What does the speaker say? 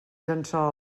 llençol